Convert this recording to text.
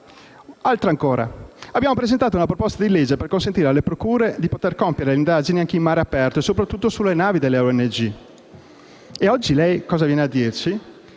Simeoni)*. Abbiamo presentato un disegno di legge per consentire alle procure di poter compiere le indagini anche in mare aperto e, soprattutto, sulle navi delle ONG. E oggi lei cosa viene a dirci?